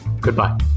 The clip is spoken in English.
Goodbye